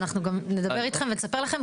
ואנחנו גם נדבר איתכם ונספר לכם,